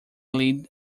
lead